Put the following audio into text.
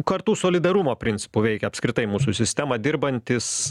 kartų solidarumo principu veikia apskritai mūsų sistema dirbantys